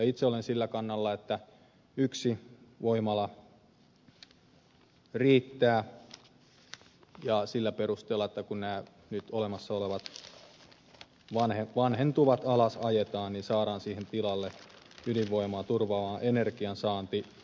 itse olen sillä kannalla että yksi voimala riittää sillä perusteella että kun nämä nyt olemassa olevat vanhentuvat alas ajetaan niin saadaan siihen tilalle ydinvoimaa turvaamaan energiansaanti